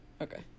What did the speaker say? okay